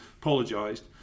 apologised